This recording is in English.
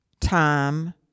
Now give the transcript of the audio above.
Time